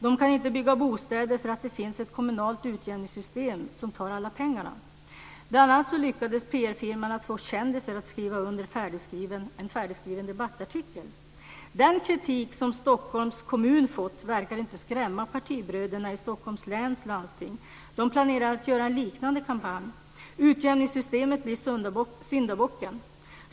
De kan inte bygga bostäder därför att det finns ett kommunalt utjämningssystem som tar alla pengarna. Bl.a. lyckades PR-firman få kändisar att skriva under en färdigskriven debattartikel. Den kritik som Stockholms kommun fått verkar inte skrämma partibröderna i Stockholms läns landsting. De planerar att göra en liknande kampanj. Utjämningssystemet blir syndabocken.